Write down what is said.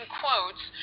quotes